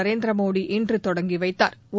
நரேந்திரமோடி இன்று தொடங்கி வைத்தாா்